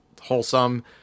wholesome